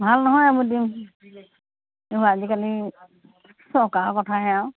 ভাল নহয় এইবোৰ ডিম এইবোৰ আজিকালি চৰকাৰৰ কথাহে আৰু